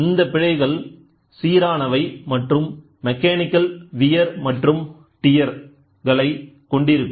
இந்த பிழைகள் சீரானவை மற்றும் மெக்கானிக்கல் வியர் மற்றும் டியர் களை கொண்டிருக்கும்